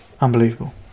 Unbelievable